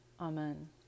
Amen